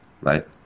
right